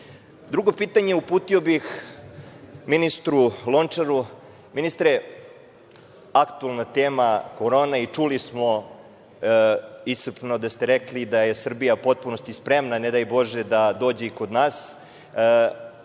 evra. Drugo pitanje uputio bih ministru Lončaru. Ministre, aktuelna tema - korona. Čuli smo iscrpno da ste rekli da je Srbija u potpunosti spremna, ne daj Bože, da dođe i kod nas.